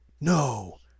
No